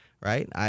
right